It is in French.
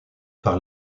par